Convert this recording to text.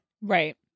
Right